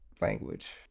language